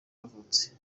yavutse